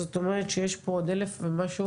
זאת אומרת שיש פה עוד 1,000 ומשהו